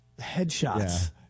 Headshots